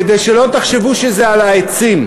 כדי שלא תחשבו שזה על העצים.